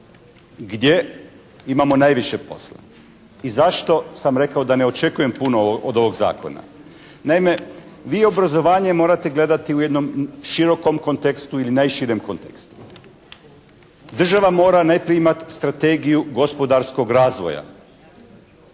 Gdje imamo najviše posla i zašto sam rekao da ne očekujem puno od ovog zakona? Naime, vi obrazovanje morate gledati u jednom širokom kontekstu ili najširem kontekstu. Država mora najprije imati strategiju gospodarskog razvoja.